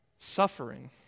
Suffering